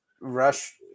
rush